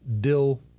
dill